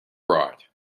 right